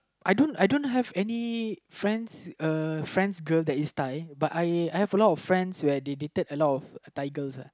I don't I don't have any friends uh friends girl that is Thai but I have a lot of friend when they dated a lot of Thai girls lah